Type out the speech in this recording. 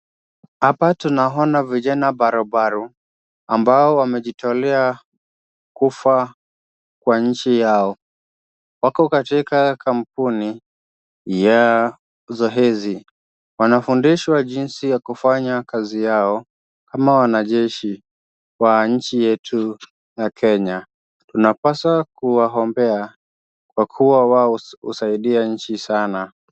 Hapa tunaona vijana barobaro ambao wamejitolea kufa kwa nchi yao. Wako katika kampuni ya zoezi. Wanafundishwa jinsi ya kufanya kazi yao kama wanajeshi wa nchi yetu ya Kenya. Tunapaswa kuwaombea kwa kuwa wao husaidia nchi sana.